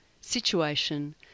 situation